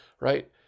right